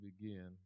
begin